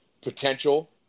potential